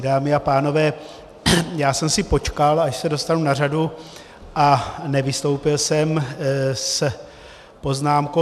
Dámy a pánové, já jsem si počkal, až se dostanu na řadu, a nevystoupil jsem s poznámkou.